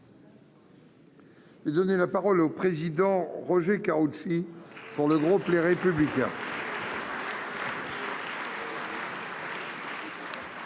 gauche. Donner la parole au président Roger Karoutchi. Pour le groupe Les Républicains.